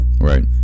Right